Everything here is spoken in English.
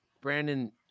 Brandon